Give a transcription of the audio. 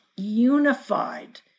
Unified